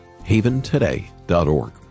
HavenToday.org